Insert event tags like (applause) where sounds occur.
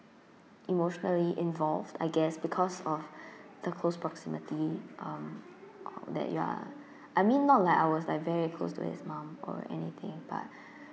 emotionally involved I guess because of (breath) the close proximity um that you are I mean not like I was like very close to his mum or anything but (breath)